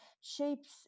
shapes